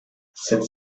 sept